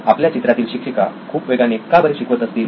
आपल्या चित्रातील शिक्षिका खूप वेगाने का बरे शिकवत असतील